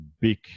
big